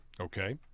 Okay